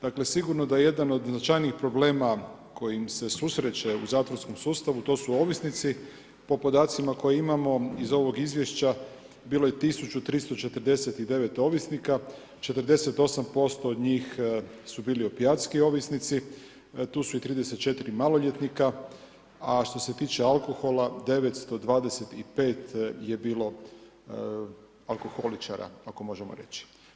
Dakle, sigurno da jedan od značajnijih problema, koji im se susreće u zatvorskom sustavu, to su ovisnici, po podacima koje imamo iz ovog izvješća bilo je 1349 ovisnika, 48% njih su bili opijatski ovisnici, tu su 34 maloljetnika, a što se tiče alkohola 925 je bilo alkoholičara, ako možemo reći.